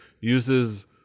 uses